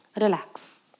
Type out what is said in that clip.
relax